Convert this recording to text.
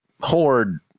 horde